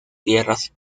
tierras